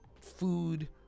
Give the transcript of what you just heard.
food